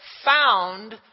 found